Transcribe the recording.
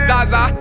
Zaza